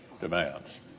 demands